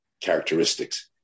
characteristics